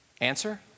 answer